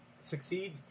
succeed